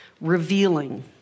Revealing